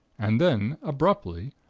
and then, abruptly,